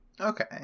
Okay